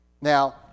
Now